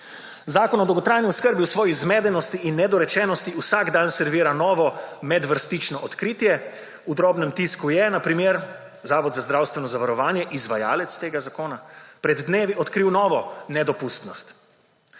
Zakon o dolgotrajni oskrbi v svoji zmedenosti in nedorečenosti vsak dan servisa novo medvrstično odkritje. V drobnem tisku je, na primer, Zavod za zdravstveno zavarovanje, izvajalec tega zakona, pred dnevi odkril novo nedopustnost.